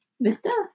Vista